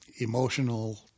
emotional